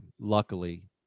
luckily